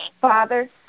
Father